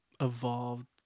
evolved